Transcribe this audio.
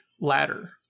ladder